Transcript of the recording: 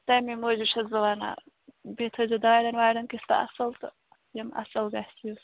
تَمے موٗجوٗب چھَس بہٕ وَنان بیٚیہِ تھٲوزیٚو دارٮ۪ن وارٮ۪ن کِژھ تہِ اَصٕل تہٕ یِم اَصٕل گژھِ حظ